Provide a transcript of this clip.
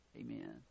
Amen